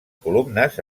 columnes